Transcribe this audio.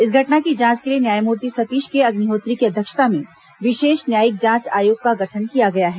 इस घटना की जांच के लिए न्यायमूर्ति सतीश के अग्निहोत्री की अध्यक्षता में विशेष न्यायिक जांच आयोग का गठन किया गया है